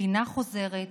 קטינה חוזרת,